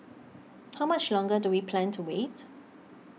how much longer do we plan to wait